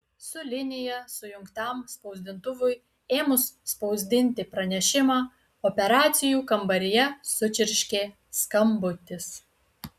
su linija sujungtam spausdintuvui ėmus spausdinti pranešimą operacijų kambaryje sučirškė skambutis